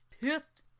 pissed